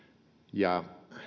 ja